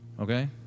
Okay